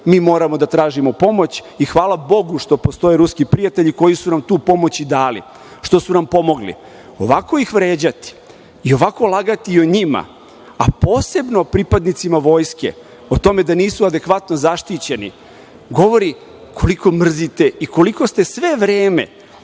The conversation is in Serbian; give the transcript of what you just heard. mi moramo da tražimo pomoć. I hvala Bogu što postoje ruski prijatelji, koji su nam tu pomoć i dali, što su nam pomogli. Ovako ih vređati i ovako lagati o njima, a posebno o pripadnicima Vojske o tome da nisu adekvatno zaštićeni, govori koliko mrzite i koliko ste sve vreme,